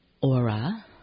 Aura